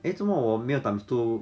eh 做么我没有 times two